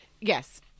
yes